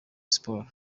sport